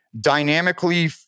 dynamically